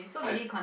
like